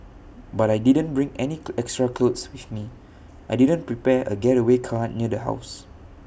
but I didn't bring any extra clothes with me I didn't prepare A getaway car near the house